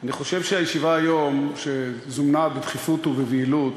אני חושב שהישיבה היום, שזומנה בדחיפות ובבהילות,